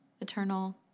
Eternal